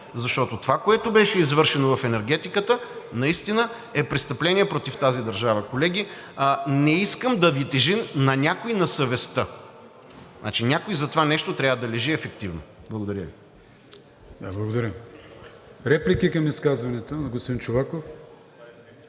защото това, което беше извършено в енергетиката, наистина е престъпление против тази държава. Колеги, не искам да Ви тежи – на някого – на съвестта. Значи някой за това нещо трябва да лежи ефективно. Благодаря Ви. ПРЕДСЕДАТЕЛ АТАНАС АТАНАСОВ: Благодаря. Реплики към изказването на господин Чолаков?